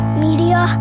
media